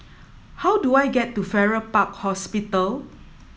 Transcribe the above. how do I get to Farrer Park Hospital